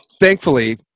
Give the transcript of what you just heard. thankfully